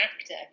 actor